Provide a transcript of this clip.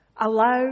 Allow